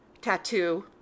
tattoo